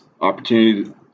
opportunity